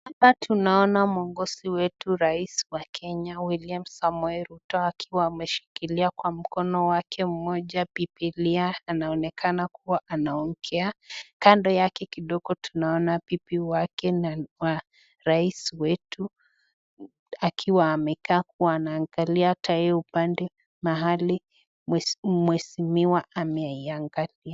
Hapa tuona kiongozi wetu rais William Samoei Ruto akiwa ameshikilia kwa mkono wake mmoja bibilia, anaonekana kuwa anaongea, kando yake kidogo tunaona bibi wake wa rais wetu akiwa amekaa ata yeye anaangalia upande mahali mheshimiwa ameiangalia.